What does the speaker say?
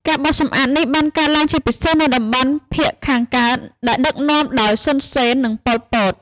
ការបោសសម្អាតនេះបានកើតឡើងជាពិសេសនៅតំបន់ភាគខាងកើត ដែលដឹកនាំដោយ សុន សេន និង ប៉ុល ពត។